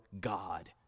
God